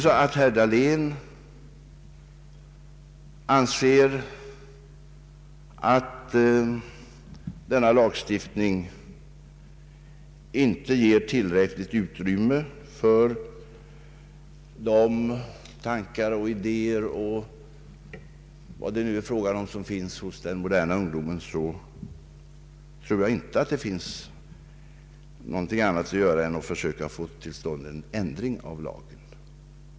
Om herr Dahlén anser att denna lagstiftning inte ger tillräckligt utrymme för de tankar och idéer som finns hos den moderna ungdomen, torde det inte finnas något annat att göra än att försöka få till stånd en ändring av lagen.